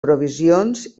provisions